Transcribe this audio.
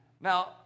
Now